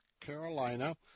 Carolina